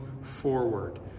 forward